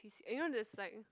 you know there's like